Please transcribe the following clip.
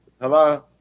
Hello